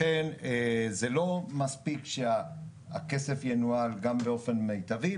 לכן זה לא מספיק שהכסף ינוהל גם באופן מיטבי.